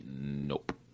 nope